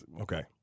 Okay